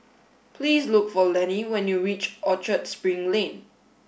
please look for Lennie when you reach Orchard Spring Lane